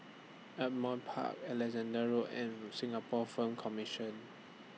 Ardmore Park Alexandra Road and Singapore Film Commission